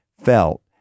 felt